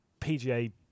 PGA